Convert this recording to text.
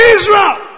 Israel